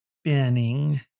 Spinning